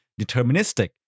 deterministic